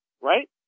Right